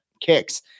kicks